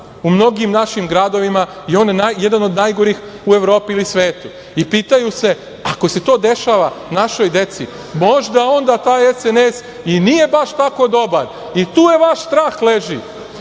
u mnogim našim gradovima je on jedan od najgorih u Evropi ili svetu i pitaju se - ako se to dešava našoj deci, možda onda taj SNS i nije baš tako dobar i tu vaš strah leži,